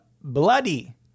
Bloody